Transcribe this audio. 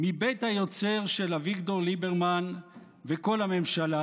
מבית היוצר של אביגדור ליברמן וכל הממשלה.